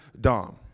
Dom